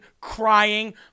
crying